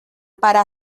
para